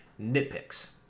nitpicks